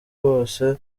bose